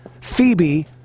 Phoebe